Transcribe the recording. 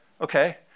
okay